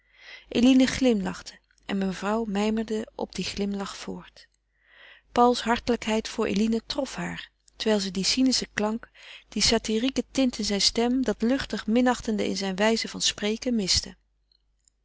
eline glimlachte en mevrouw mijmerde op dien glimlach voort pauls hartelijkheid voor eline trof haar terwijl ze dien cynischen klank die satirieke tint in zijn stem dat luchtig minachtende in zijn wijze van spreken miste